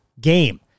game